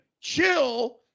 chill